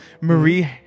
Marie